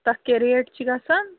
تَتھ کیٛاہ ریٹ چھِ گژھان